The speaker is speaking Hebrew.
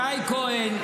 לשי כהן,